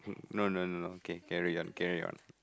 no no no no okay carry on carry on